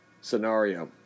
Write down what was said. scenario